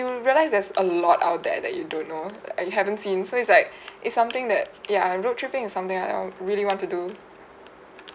you realize there's a lot out there that you don't know like you haven't seen so it's like it's something that ya road tripping is something I really want to do